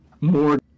More